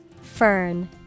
Fern